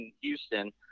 houston